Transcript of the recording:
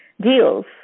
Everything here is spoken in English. deals